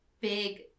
big